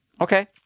Okay